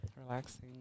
relaxing